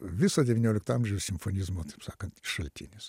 viso devyniolikto amžiaus simfonizmo taip sakant šaltinis